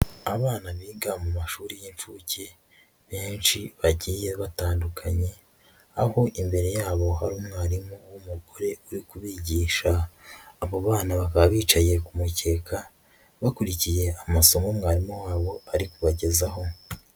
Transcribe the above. Abana biga mu mashuri y'incuke benshi bagiye batandukanye, aho imbere yabo hari umwarimu w'umugore uri kubigisha. Abo bana bakaba bicaye ku mukeka bakurikiye amasomo mwarimu wabo ari kubagezaho.